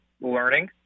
learning